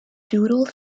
doodle